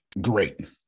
great